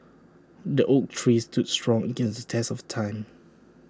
the oak tree stood strong against the test of time